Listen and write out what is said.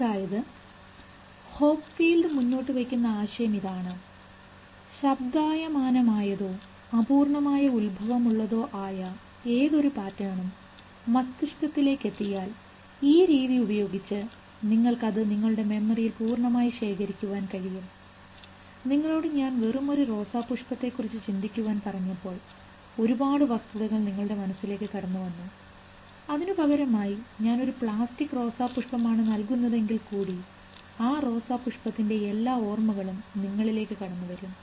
അതായത് Hopfield മുന്നോട്ടുവയ്ക്കുന്ന ആശയം ഇതാണ് ശബ്ദായമാനമായതോ അപൂർണമായ ഉൽഭവം ഉള്ളതോ ആയ ഏത് ഒരു പാറ്റേണ് മസ്തിഷ്കത്തിലേക്ക് എത്തിയാൽ ഈ രീതി ഉപയോഗിച്ച് നിങ്ങൾക്ക് അത് നിങ്ങളുടെ മെമ്മറിയിൽ പൂർണ്ണമായി ശേഖരിക്കാൻ കഴിയും നിങ്ങളോട് ഞാൻ വെറുമൊരു റോസാപുഷ്പത്തെക്കുറിച്ച് ചിന്തിക്കുവാൻ പറഞ്ഞപ്പോൾ ഒരുപാട് വസ്തുതകൾ നിങ്ങളുടെ മനസ്സിലേക്ക് കടന്നു വന്നു അതിനു പകരമായി ഞാൻ ഒരു പ്ലാസ്റ്റിക് റോസാപുഷ്പം ആണ് നൽകുന്നതെങ്കിൽ കൂടി ആ റോസാപുഷ്പത്തിൻറെ എല്ലാ ഓർമ്മകളും നിങ്ങളിലേക്ക് കടന്നു വരും